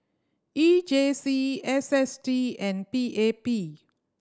E J C S S T and P A P